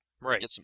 Right